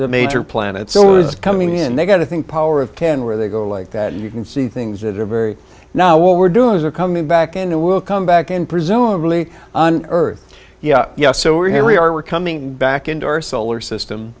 the major planet so it's coming in they've got to think power of ten where they go like that and you can see things that are very now what we're doing is they're coming back and it will come back and presumably on earth yeah yeah so we're here we are we're coming back into our solar system